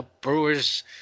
Brewers